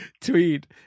tweet